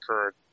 occurred